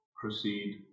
proceed